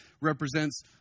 represents